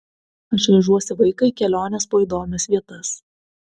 aš vežuosi vaiką į keliones po įdomias vietas